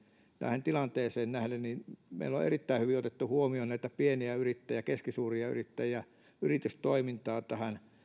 tähän tilanteeseen nähden niin meillä on erittäin hyvin otettu huomioon näitä pieniä yrittäjiä keskisuuria yrittäjiä yritystoimintaa